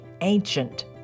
ancient